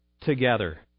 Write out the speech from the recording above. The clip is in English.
together